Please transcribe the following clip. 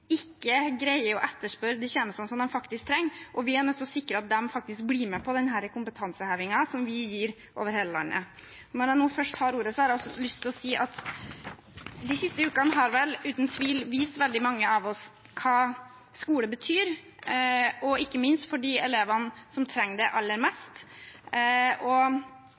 ikke greier å etterspørre de tjenestene de faktisk trenger. Vi er nødt til å sikre at de faktisk blir med på denne kompetansehevingen som vi gir over hele landet. Når jeg nå først har ordet, har jeg også lyst til å si at de siste ukene har vel uten tvil vist veldig mange av oss hva skole betyr – og ikke minst for de elevene som trenger det aller mest.